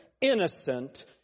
innocent